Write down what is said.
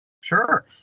Sure